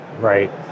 Right